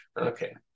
Okay